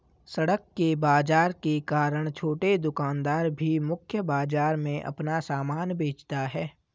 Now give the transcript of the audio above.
सड़क के बाजार के कारण छोटे दुकानदार भी मुख्य बाजार में अपना सामान बेचता है